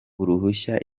uruhushya